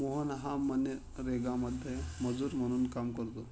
मोहन हा मनरेगामध्ये मजूर म्हणून काम करतो